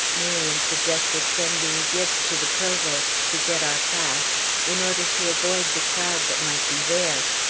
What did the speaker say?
miriam suggested sending gibbes to the provost to get our pass in order to avoid the crowd that might be there.